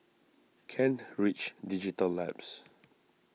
Kent Ridge Digital Labs